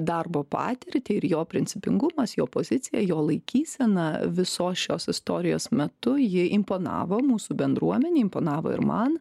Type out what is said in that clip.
darbo patirtį ir jo principingumas jo pozicija jo laikysena visos šios istorijos metu ji imponavo mūsų bendruomenei imponavo ir man